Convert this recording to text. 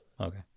Okay